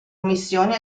missioni